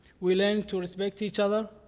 we learn to respect each other